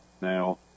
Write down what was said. Now